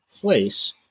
place